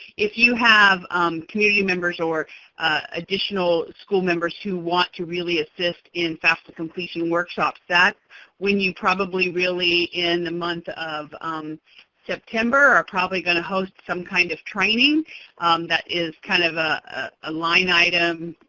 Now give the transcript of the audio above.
if you have community members or additional school members who want to really assist in fafsa completion workshops, that's when you probably really, in the month of september, are probably going to host some kind of training that is kind of a line item,